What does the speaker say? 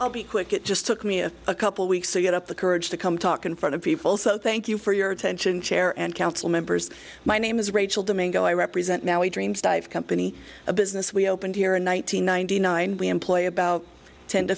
i'll be quick it just took me a couple weeks to get up the courage to come talk in front of people so thank you for your attention chair and council members my name is rachel domingo i represent now a dreams dive company a business we opened here in one thousand nine hundred nine we employ about ten to